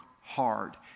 hard